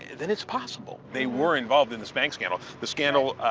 then it's possible. they were involved in this bank scandal. the scandal,